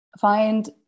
find